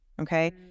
Okay